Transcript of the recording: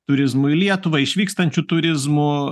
turizmu į lietuvą išvykstančių turizmu